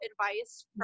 advice